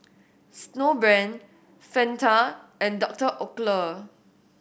Snowbrand Fanta and Doctor Oetker